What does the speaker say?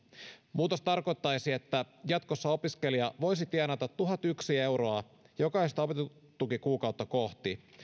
muutos tarkoittaisi että jatkossa opiskelija voisi tienata tuhatyksi euroa jokaista opintotukikuukautta kohti